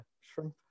shrimp